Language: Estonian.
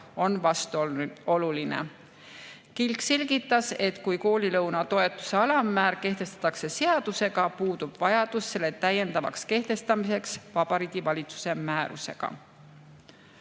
on vastuoluline. Kilk selgitas, et kui koolilõuna toetuse alammäär kehtestatakse seadusega, puudub vajadus selle täiendavaks kehtestamiseks Vabariigi Valitsuse määrusega.